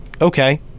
okay